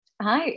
Hi